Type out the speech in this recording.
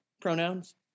pronouns